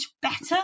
better